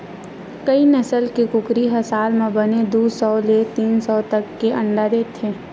कइ नसल के कुकरी ह साल म बने दू सौ ले तीन सौ तक के अंडा दे देथे